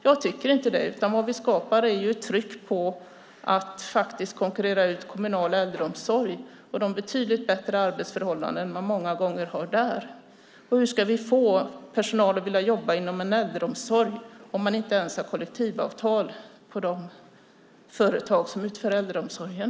Jag tycker inte det. Det vi skapar är ett tryck att konkurrera ut kommunal äldreomsorg och de betydligt bättre arbetsförhållanden som många gånger finns där. Hur ska vi få personal att vilja jobba inom äldreomsorgen om man inte ens har kollektivavtal vid de företag som utför äldreomsorgen?